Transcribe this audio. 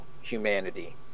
humanity